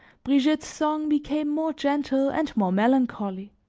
brigitte's song became more gentle and more melancholy.